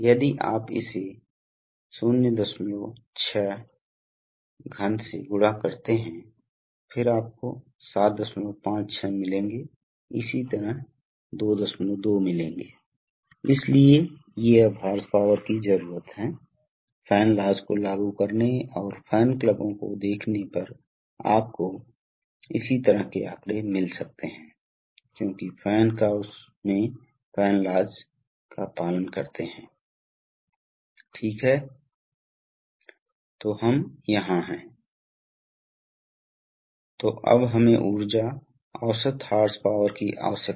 इसलिए तेल लुब्रिकेशन तेल वास्तव में एक प्रकार के परमाणु रूप में होता है जो वायु प्रवाह में फैलता है और फिर वायु प्रवाह इसे विभिन्न बिंदुओं पर ले जाता है और जहां यह लुब्रिकेटिंग प्रदान करता है इसलिए यदि आपके पास छोटी बूंदें हैं तो आपके पास अधिक लुब्रिकेशन है कभी कभी आपके पास परमाणुकरण हो सकता है लेकिन यह तेल याद रखें कि जिस पल आप इस तेल की मिस्ट को डालने जा रहे हैं आप इसे सीधे जारी नहीं कर सकते हैं आप इसे जारी कर सकते हैं आपको उस हवा को वापस करने की ज़रूरत नहीं है जो ठीक है लेकिन एक ही समय में आप तेल की मिस्ट के कारण वायु को वायुमंडल में वैसे ही नहीं छोड़ सकते क्योंकि यह स्वास्थ्य के लिए हानिकारक है